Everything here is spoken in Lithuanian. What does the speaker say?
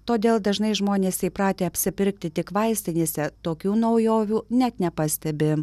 todėl dažnai žmonės įpratę apsipirkti tik vaistinėse tokių naujovių net nepastebi